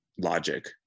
logic